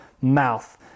mouth